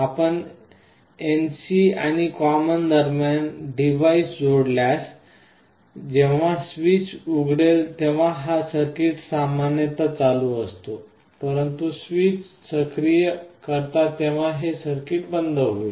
आपण एनसी आणि कॉमन दरम्यान डिव्हाइस जोडल्यास जेव्हा स्विच उघडेल तेव्हा हा सर्किट सामान्यत चालू असतो परंतु आपण स्विच सक्रिय करता तेव्हा हे सर्किट बंद होईल